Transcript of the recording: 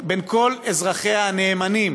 בין כל אזרחיה הנאמנים